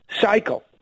cycle